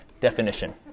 definition